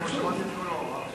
כהצעת הוועדה, נתקבלו.